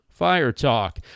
FireTalk